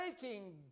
taking